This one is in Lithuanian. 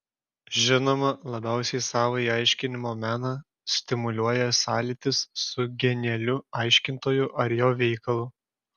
žinoma labiausiai savąjį aiškinimo meną stimuliuoja sąlytis su genialiu aiškintoju ar jo veikalu